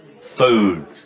Food